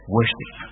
Worship